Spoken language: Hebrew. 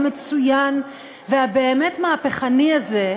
המצוין והבאמת-מהפכני הזה,